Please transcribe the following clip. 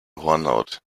hornhaut